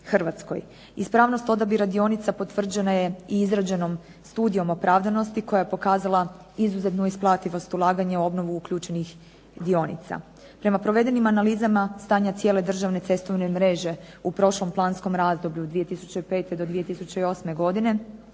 Ispravnost odabira dionica potvrđena je izrađenom studijom opravdanosti koja je pokazala izuzetnu isplativost ulaganja u obnovu uključenih dionica. Prema provedenim analizama stanja cijele državne cestovne mreže u prošlom planskom razdoblju od 2005. do 2008. godine